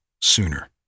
sooner